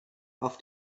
auf